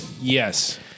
Yes